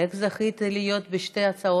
איך זכית להיות בשתי הצעות?